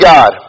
God